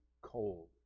cold